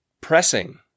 pressing